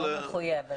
לא מחויבת.